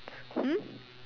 hmm